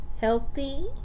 healthy